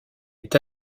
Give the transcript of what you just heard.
est